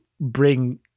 bring